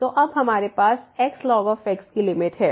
तो अब हमारे पास xln x की लिमिट है